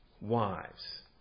wives